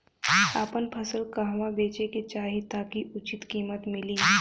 आपन फसल कहवा बेंचे के चाहीं ताकि उचित कीमत मिली?